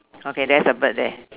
okay there's a bird there